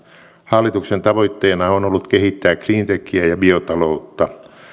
hallituksen tavoitteena on ollut kehittää cleantechiä ja biotaloutta